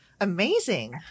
amazing